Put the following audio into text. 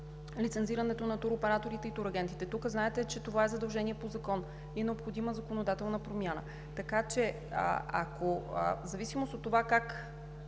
лицензирането на туроператорите и турагентите. Тук знаете, че това е задължение по закон и е необходима законодателна промяна. Така че в зависимост от това как